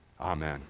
Amen